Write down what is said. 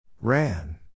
Ran